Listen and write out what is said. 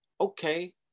Okay